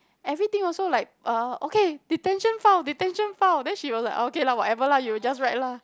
everything also like uh okay detention found detention found then she will like okay lah whatever lah you just write lah